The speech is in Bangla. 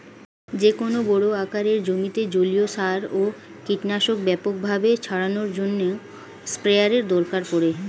যেকোনো বড় আকারের জমিতে জলীয় সার ও কীটনাশক ব্যাপকভাবে ছড়ানোর জন্য স্প্রেয়ারের দরকার পড়ে